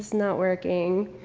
not working.